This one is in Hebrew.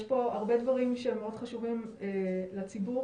יש הרבה דברים שהם חשובים מאוד לציבור,